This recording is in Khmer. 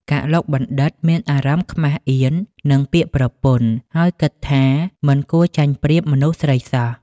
កឡុកបណ្ឌិត្យ មានអារម្មណ៍ខ្មាសអៀននឹងពាក្យប្រពន្ធ ហើយគិតថាមិនគួរចាញ់ប្រៀបមនុស្សស្រីសោះ។